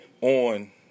on